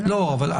זה נכון.